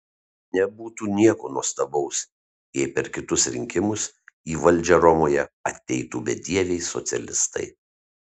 nebūtų nieko nuostabaus jei per kitus rinkimus į valdžią romoje ateitų bedieviai socialistai